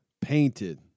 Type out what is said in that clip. painted